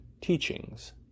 teachings